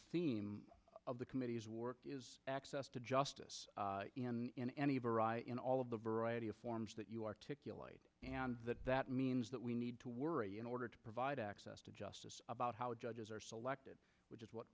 theme of the committee's work is access to justice in any variety in all of the variety of forms that you articulate and that that means that we need to worry in order to provide access to justice about how judges are selected which is what